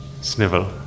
Snivel